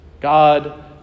God